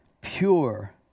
pure